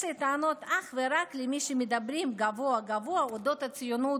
יש לי טענות אך ורק למי שמדברים גבוהה-גבוהה על אודות הציונות,